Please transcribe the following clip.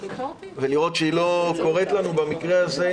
ולראות שהיא לא קורית לנו במקרה הזה,